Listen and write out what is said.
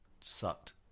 sucked